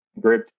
Great